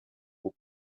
aux